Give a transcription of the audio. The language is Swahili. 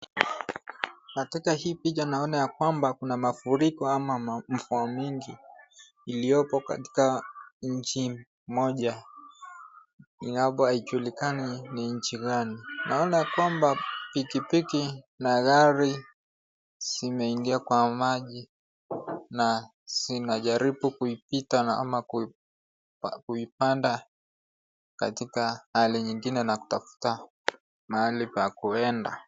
Katika hii picha naona ya kwamba kuna mafuriko ama mvua mwingi iliyopo katika nchi moja. Na haijulikani ni nchi gani. Naona ya kwamba pikipiki na gari zimeingia kwa maji na zinajaribu kuipita ama kuipanda katika hali nyingine na kutafuta mahali pa kwenda.